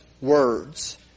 words